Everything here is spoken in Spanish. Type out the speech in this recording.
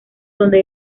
donde